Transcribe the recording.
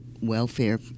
welfare